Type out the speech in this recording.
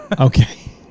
Okay